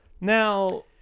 Now